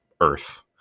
Earth